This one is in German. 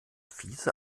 fiese